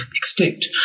extinct